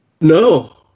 No